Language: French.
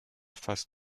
face